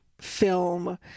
film